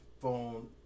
phone